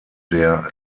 der